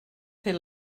fer